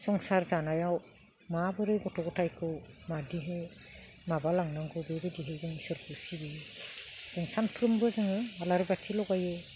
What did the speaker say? संसार जानायाव माबोरै गथ' गथाइखौ माबायदि माबालांनांगौ बिबायदि जों इसोरखौ सिबियो जों सानफ्रोमबो जोङो आलारि बाथि लगायो